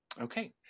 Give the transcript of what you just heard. Okay